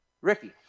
Ricky